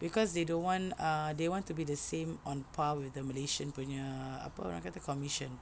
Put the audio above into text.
cause they don't want ah they want to be the same on par with the Malaysian punya apa orang kata commission